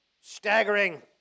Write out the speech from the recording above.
staggering